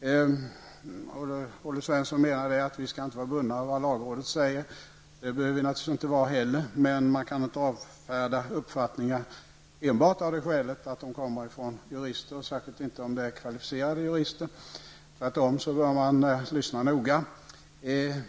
Olle Svensson menade att vi inte skall vara bundna av vad lagrådet säger. Det behöver vi naturligtvis inte vara, men man kan inte avfärda uppfattningar enbart av det skälet att de kommer från jurister, särskilt inte om det är kvalificerade jurister, tvärtom bör man lyssna noga.